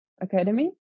Academy